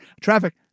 Traffic